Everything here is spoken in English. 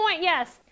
yes